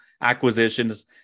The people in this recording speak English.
acquisitions